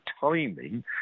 timing